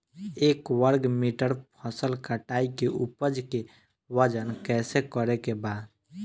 एक वर्ग मीटर फसल कटाई के उपज के वजन कैसे करे के बा?